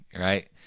Right